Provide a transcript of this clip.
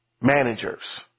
managers